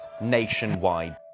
nationwide